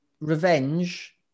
revenge